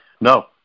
No